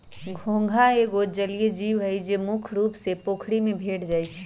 घोंघा एगो जलिये जीव हइ, जे मुख्य रुप से पोखरि में भेंट जाइ छै